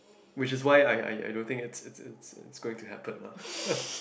which is why I I I don't think it's it's it's going to happen lah